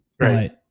right